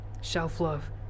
Self-love